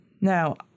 now